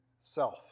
self